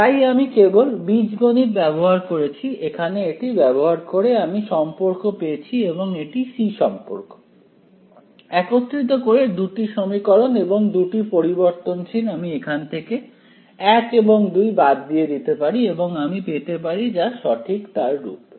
তাই আমি কেবল বীজগণিত ব্যবহার করেছি এখানে এটি ব্যবহার করে আমি সম্পর্ক পেয়েছি এবং এটি c সম্পর্ক একত্রিত করে দুটি সমীকরণ এবং দুটি পরিবর্তনশীল আমি এখান থেকে 1 এবং 2 বাদ দিয়ে দিতে পারি এবং আমি পেতে পারি যা সঠিক তার রূপে